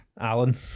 Alan